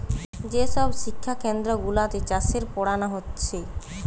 যে সব শিক্ষা কেন্দ্র গুলাতে চাষের পোড়ানা হচ্ছে